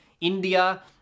India